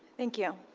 thank you.